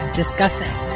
discussing